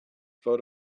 vote